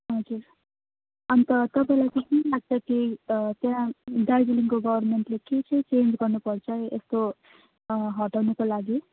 हजुर अन्त तपाईँलाई चाहिँ के लाग्छ कि त्यहाँ दार्जिलिङको गभर्नमेन्टले के चाहिँ चेन्ज गर्नु पर्छ यसको हटाउनुको लागि